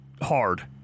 hard